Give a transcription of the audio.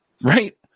right